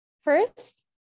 First